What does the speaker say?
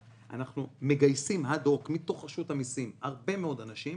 אנחנו מגייסים אד-הוק מתוך רשות המסים הרבה מאוד אנשים